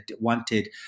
wanted